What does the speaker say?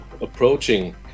approaching